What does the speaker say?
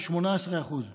על 18%;